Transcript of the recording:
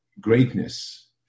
greatness